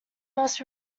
must